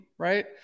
right